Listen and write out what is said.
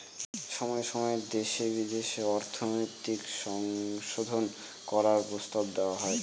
সময় সময় দেশে বিদেশে অর্থনৈতিক সংশোধন করার প্রস্তাব দেওয়া হয়